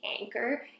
anchor